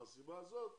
מהסיבה הזאת